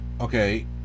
Okay